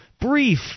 brief